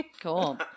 Cool